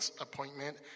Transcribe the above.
appointment